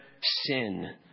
sin